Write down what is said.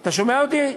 אתה שומע אותי?